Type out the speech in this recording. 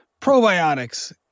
probiotics